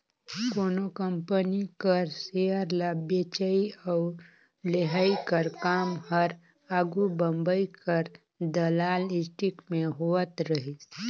कोनो कंपनी कर सेयर ल बेंचई अउ लेहई कर काम हर आघु बंबई कर दलाल स्टीक में होवत रहिस